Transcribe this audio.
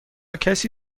کسی